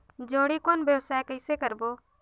जोणी कौन व्यवसाय कइसे करबो?